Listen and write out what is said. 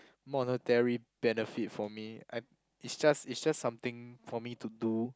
monetary benefit for me I it's just it's just something for me to do